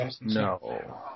No